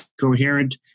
coherent